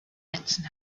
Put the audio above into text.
netzen